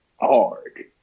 hard